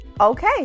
Okay